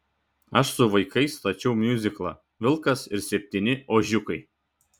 aš su vaikais stačiau miuziklą vilkas ir septyni ožiukai